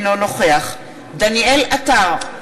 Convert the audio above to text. אינו נוכח דניאל עטר,